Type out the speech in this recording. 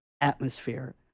atmosphere